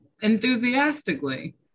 enthusiastically